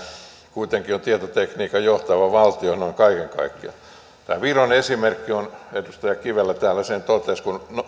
kuitenkin se on tietotekniikan johtava valtio noin kaiken kaikkiaan tästä viron esimerkistä edustaja kivelä täällä sen totesi kun